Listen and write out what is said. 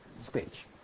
speech